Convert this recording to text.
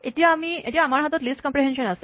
এতিয়া আমাৰ হাতত লিষ্ট কম্প্ৰেহেনছন আছে